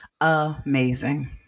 Amazing